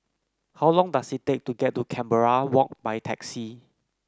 how long does it take to get to Canberra Walk by taxi